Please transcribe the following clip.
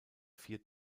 vier